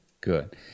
Good